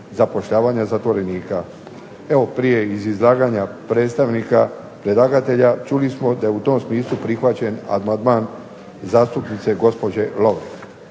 zapošljavanja zatvorenika. Evo prije izlaganja predstavnika predlagatelja, čuli smo da je u tom smislu prihvaćen amandman zastupnice gospođe Lovrin.